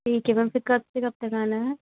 ठीक है मैम फिर कब से कब तक आना है